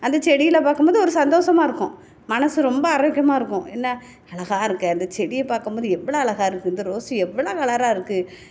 அந்த செடிகளை பார்க்கும்போது ஒரு சந்தோஷமா இருக்கும் மனது ரொம்ப ஆரோக்கியமாக இருக்கும் என்ன அழகா இருக்க இந்த செடியை பார்க்கும் போது எவ்வளோ அழகா இருக்குது இந்த ரோஸு எவ்வளோ கலராக இருக்குது